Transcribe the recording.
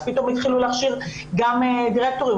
אז פתאום התחילו להכשיר גם דירקטורים.